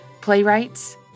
playwrights